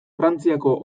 frantziako